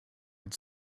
had